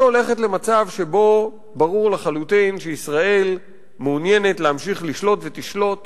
היא הולכת למצב שבו ברור לחלוטין שישראל מעוניינת להמשיך לשלוט ותשלוט